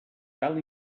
cal